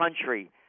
country